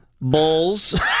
bulls